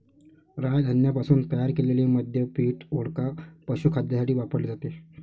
राय धान्यापासून तयार केलेले मद्य पीठ, वोडका, पशुखाद्यासाठी वापरले जाते